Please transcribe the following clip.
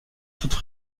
toutes